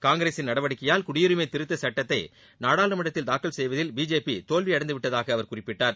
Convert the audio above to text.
காங்கிரசின் நடவடிக்கையால் குடியுரிமை திருத்த சுட்டத்தை நாடாளுமன்றத்தில் தாக்கல் செய்வதில் பிஜேபி தோல்வியடைந்து விட்டதாக அவர் குறிப்பிட்டார்